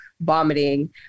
vomiting